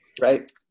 right